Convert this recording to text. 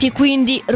quindi